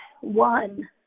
one